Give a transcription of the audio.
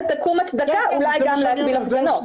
תקום הצדקה גם להגביל הפגנות.